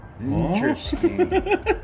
Interesting